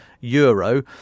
euro